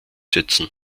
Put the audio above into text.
setzen